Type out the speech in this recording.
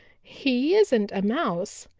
he isn't a mouse.